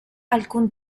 alcun